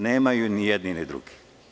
Nemaju ni jedni ni drugi.